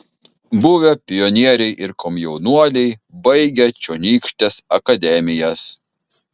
buvę pionieriai ir komjaunuoliai baigę čionykštes akademijas